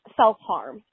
self-harm